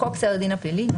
בחוק סדר הדין הפלילי ,